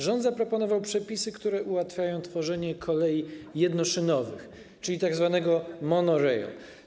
Rząd zaproponował przepisy, które ułatwiają tworzenie kolei jednoszynowych, czyli tzw. monorail.